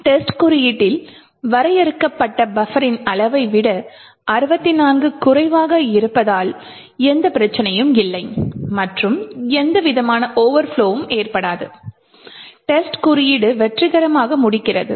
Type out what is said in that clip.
test குறியீட்டில் வரையறுக்கப்பட்ட பஃபரின் அளவை விட 64 குறைவாக இருப்பதால் எந்தப் பிரச்சினையும் இல்லை மற்றும் எந்தவிதமான ஓவர்ப்லொவும் ஏற்படாது டெஸ்ட் குறியீடு வெற்றிகரமாக முடிகிறது